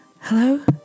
Hello